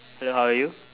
hello how are you